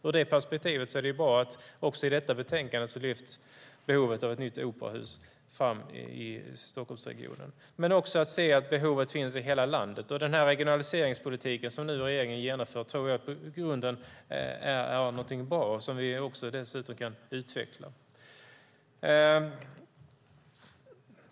I det perspektivet är det bra att behovet av ett nytt operahus i Stockholmsregionen lyfts fram också i detta betänkande. Men det handlar också om att se att behovet finns i hela landet. Jag tror att den regionaliseringspolitik som regeringen nu genomför är någonting som i grunden är bra och som vi dessutom kan utveckla.